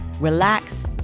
relax